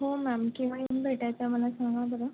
हो मॅम केव्हा येऊन भेटायचं आहे मला सांगा बरं